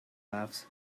laughs